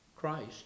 Christ